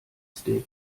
steak